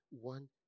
One